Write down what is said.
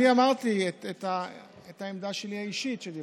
אני אמרתי את העמדה שלי האישית כשדיברנו,